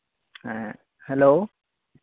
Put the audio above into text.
ᱦᱮᱸ ᱦᱮᱞᱳ